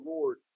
Lord